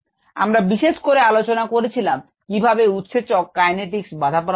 আমরা বিশেষ করে আলোচনা করেছিলাম কিভাবে উৎসেচকের কাইনেটিকস বাধাপ্রাপ্ত হয়